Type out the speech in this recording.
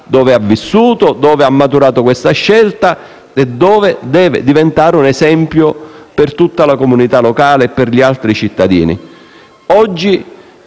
egli ha vissuto, dove ha maturato questa scelta e dove deve diventare un esempio per tutta la comunità locale e per gli altri cittadini. Oggi